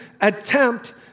attempt